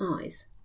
eyes